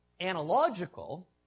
analogical